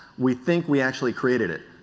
we think we actually created it.